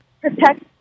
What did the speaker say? protect